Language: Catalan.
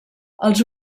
els